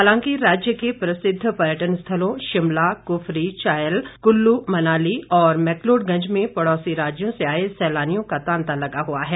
हालांकि राज्य के प्रसिद्ध पर्यटन स्थलों शिमला कुफरी चायल कुल्लू मनाली और मैकलोडगंज में पड़ौसी राज्यों से आए सैलानियों का तांता लगा हुआ है